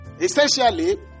Essentially